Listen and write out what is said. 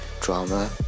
drama